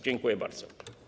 Dziękuję bardzo.